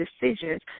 decisions